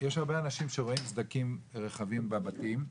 יש הרבה אנשים שרואים סדקים רחבים בבתים,